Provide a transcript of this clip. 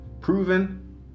proven